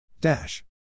Dash